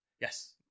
Yes